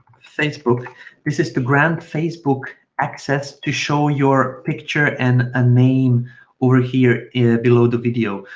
facebook this is to grant facebook access to show your picture and a name over here below the video.